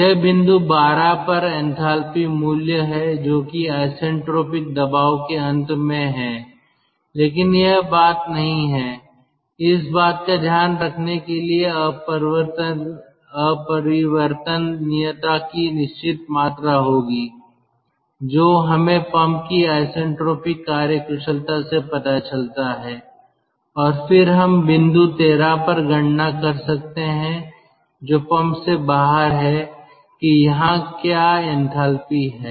यह बिंदु 12 पर एंथैल्पी मूल्य है जो कि आइसेंट्रोपिक दबाव के अंत में है लेकिन यह बात नहीं है इस बात का ध्यान रखने के लिए अपरिवर्तनीयता की निश्चित मात्रा होगी जो हमें पंप की आइसेंट्रोपिक कार्यकुशलता से पता चलता है और फिर हम बिंदु 13 पर गणना कर सकते हैं जो पंप से बाहर है कि यहां क्या एंथैल्पी है